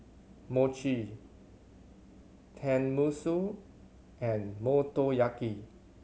Mochi Tenmusu and Motoyaki